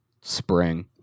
spring